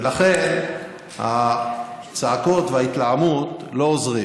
ולכן הצעקות וההתלהמות לא עוזרים.